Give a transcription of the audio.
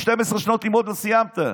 12 שנות לימוד לא סיימת.